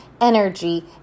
energy